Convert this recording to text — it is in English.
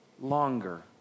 longer